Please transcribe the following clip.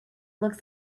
looks